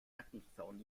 lattenzaun